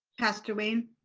pastor wayne